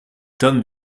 tom